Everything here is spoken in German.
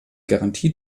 garantie